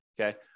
okay